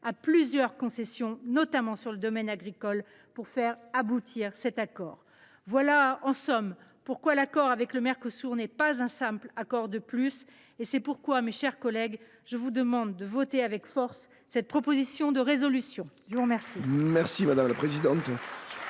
plusieurs concessions, notamment dans le domaine agricole, pour aboutir à un accord. Voilà, en somme, pourquoi l’accord avec le Mercosur n’est pas un simple accord de plus. C’est pourquoi, mes chers collègues, je vous demande de voter cette proposition de résolution. La parole